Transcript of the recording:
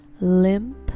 limp